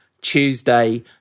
Tuesday